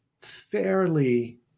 fairly